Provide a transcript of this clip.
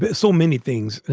but so many things.